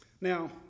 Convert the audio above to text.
Now